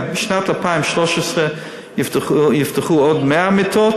בשנת 2013 יפתחו עוד 100 מיטות.